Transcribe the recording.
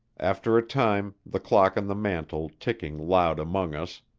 after a time, the clock on the mantel ticking loud among us,